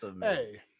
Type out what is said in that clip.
hey